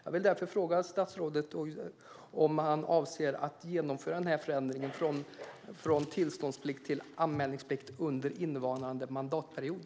Jag vill därför fråga statsrådet om han avser att genomföra förändringen från tillståndsplikt till anmälningsplikt under innevarande mandatperiod.